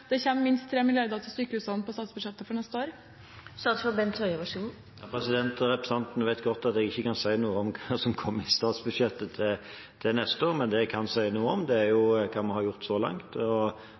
det kommer minst 3 mrd. kr til sykehusene på statsbudsjettet for neste år? Representanten vet godt at jeg ikke kan si noe om hva som kommer i statsbudsjettet til neste år. Det jeg kan si noe om, er hva vi har gjort så langt. For det